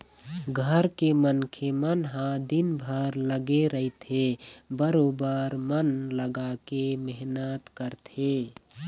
घर के मनखे मन ह दिनभर लगे रहिथे बरोबर मन लगाके मेहनत करथे